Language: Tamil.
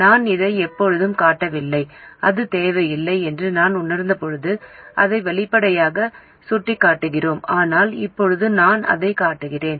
நான் அதை எப்போதும் காட்டவில்லை அது தேவையில்லை என்று நான் உணர்ந்தபோது அதை வெளிப்படையாக சுட்டிக்காட்டுகிறோம் ஆனால் இப்போது நான் அதைக் காட்டுகிறேன்